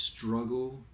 struggle